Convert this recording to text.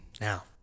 Now